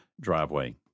driveway